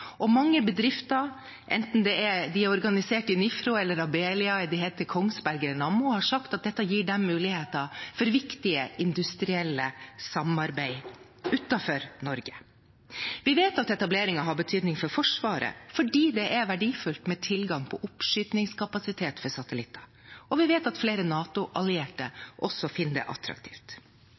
og mange bedrifter, enten de er organisert i NIFRO eller Abelia, eller de heter Kongsberg Gruppen eller Nammo, har sagt at dette gir dem muligheter til viktige industrielle samarbeid utenfor Norge. Vi vet at etableringen har betydning for Forsvaret, fordi det er verdifullt med tilgang på oppskytingskapasitet for satellitter, og vi vet at flere NATO-allierte også finner det attraktivt.